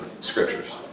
scriptures